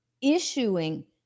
issuing